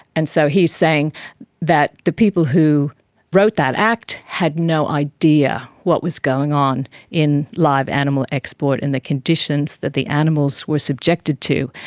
and so he is saying that the people who wrote that act had no idea what was going on in live animal export and the conditions that the animals were subjected to,